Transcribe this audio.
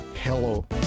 hello